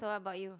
so what about you